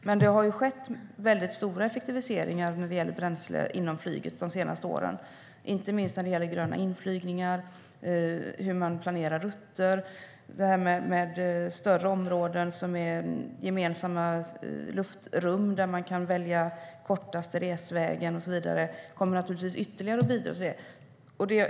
Men det har ju skett väldigt stora effektiviseringar när det gäller bränsle inom flyget de senaste åren, inte minst när det gäller gröna inflygningar. Hur man planerar rutter, större områden som är gemensamma luftrum där man kan välja kortaste resvägen och så vidare kommer att bidra ytterligare till det.